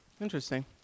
Interesting